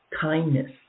kindness